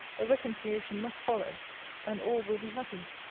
a reconciliation must follow and all will be happy.